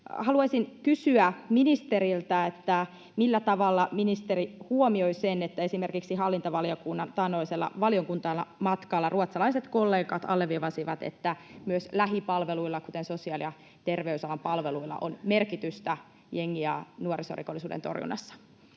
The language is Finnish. Haluaisin kysyä ministeriltä, millä tavalla ministeri huomioi sen, että esimerkiksi hallintovaliokunnan taannoisella valiokuntamatkalla ruotsalaiset kollegat alleviivasivat, että myös lähipalveluilla, kuten sosiaali- ja terveysalan palveluilla, on merkitystä jengi- ja nuorisorikollisuuden torjunnassa?